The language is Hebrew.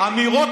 אמרתי,